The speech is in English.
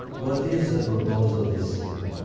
what is the purpose of this film?